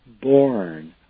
born